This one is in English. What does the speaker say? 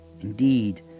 Indeed